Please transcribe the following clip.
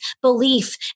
belief